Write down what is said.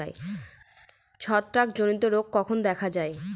ছত্রাক জনিত রোগ কখন দেখা য়ায়?